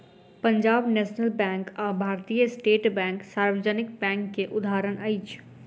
Punjab National Bank आ भारतीय State Bank सार्वजनिक बैंक के उदाहरण अछि